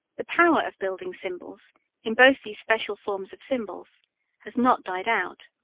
the power of building symbols in both these special forms of symbols has not died out.